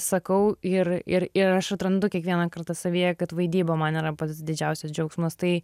sakau ir ir ir aš atrandu kiekvieną kartą savyje kad vaidyba man yra pats didžiausias džiaugsmas tai